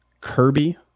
Kirby